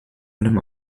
allem